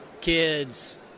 kids